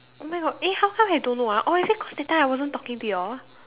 oh-my-God eh how come I don't know ah oh is it cause that time I wasn't talking to you all